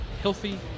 healthy